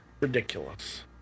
Ridiculous